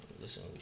Listen